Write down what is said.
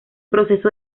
proceso